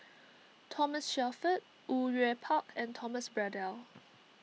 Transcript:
Thomas Shelford Au Yue Pak and Thomas Braddell